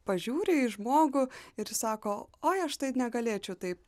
pažiūri į žmogų ir jis sako oi aš tai negalėčiau taip